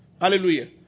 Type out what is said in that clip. Hallelujah